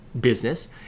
business